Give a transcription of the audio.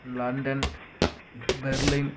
London Berlin